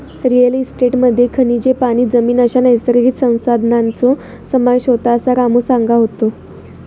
real इस्टेटमध्ये खनिजे, पाणी, जमीन अश्या नैसर्गिक संसाधनांचो समावेश होता, असा रामू सांगा होतो